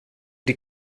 die